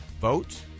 vote